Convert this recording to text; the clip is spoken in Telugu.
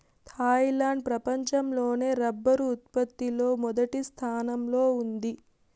థాయిలాండ్ ప్రపంచం లోనే రబ్బరు ఉత్పత్తి లో మొదటి స్థానంలో ఉంది